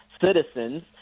citizens